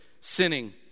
sinning